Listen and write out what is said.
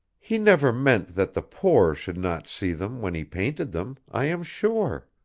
he never meant that the poor should not see them when he painted them, i am sure.